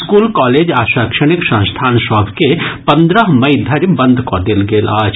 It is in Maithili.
स्कूल कॉलेज आ शैक्षणिक संस्थान सभ के पन्द्रह मई धरि बंद कऽ देल गेल अछि